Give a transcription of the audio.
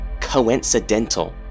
Coincidental